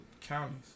counties